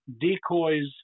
decoys